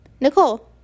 Nicole